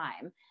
time